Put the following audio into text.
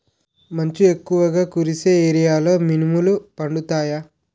మంచు ఎక్కువుగా కురిసే ఏరియాలో మినుములు పండుతాయా?